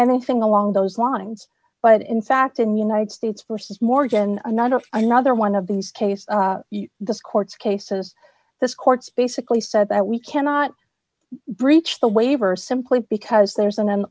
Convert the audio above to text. anything along those lines but in fact in united states versus morgan another another one of these cases this court's cases this court's basically said that we cannot breach the waiver simply because there's an